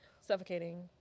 suffocating